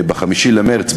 ב-5 במרס,